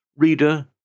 Reader